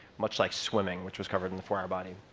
much like swimming, which was covered in the four hour body.